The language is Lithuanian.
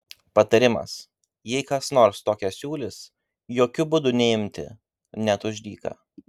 patarimas jei kas nors tokią siūlys jokiu būdu neimti net už dyką